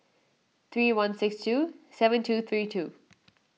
three one six two seven two three two